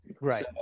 Right